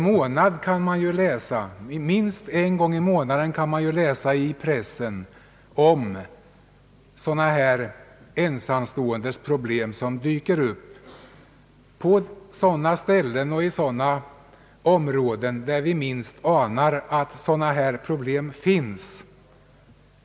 Minst en gång i månaden kan man i pressen läsa om ensamståendes problem som dyker upp på platser och i områden, där vi minst anar att sådana problem finns.